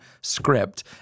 script